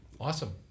Awesome